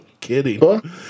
Kidding